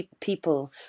people